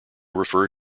refer